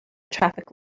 traffic